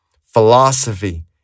philosophy